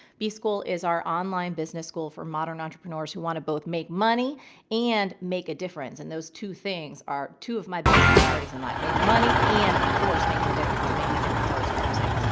b-school is our online business school for modern entrepreneurs who want to both make money and make a difference. and those two things are two of my biggest priorities in life, making money and of course making a difference and making a difference always trumps it.